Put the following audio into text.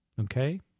Okay